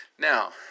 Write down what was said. Now